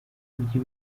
urya